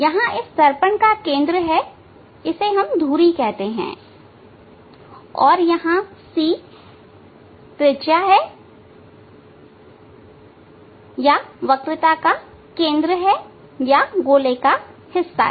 यहां इस दर्पण का केंद्र है इसे धुरी कहते हैं और यहां C त्रिज्या है या वक्रता का केंद्र है या गोले का हिस्सा है